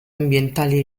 ambientali